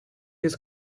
his